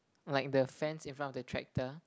like the fence in front of the tractor